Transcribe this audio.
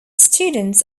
students